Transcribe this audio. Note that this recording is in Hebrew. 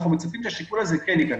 אנחנו מצפים שהשיקול הזה ייכנס.